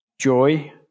joy